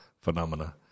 phenomena